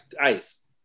ice